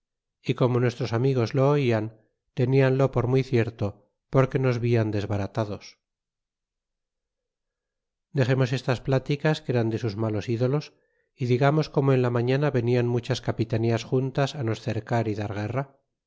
y como nuestros amigos lo oían tentanlo por muy cierto porque nos vian desbaratados dexemos destas pláticas que eran de sus malos ídolos y digamos como en la mañana venían muchas capitanías juntas á nos cercar y dar guerra